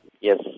Yes